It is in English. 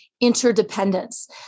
interdependence